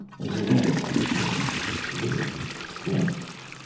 was a way of giving liberty to slaves.